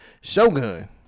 Shogun